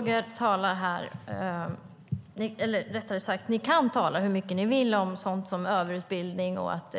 Herr talman! Roger och de andra i Alliansen kan tala så mycket de vill om överutbildning och om att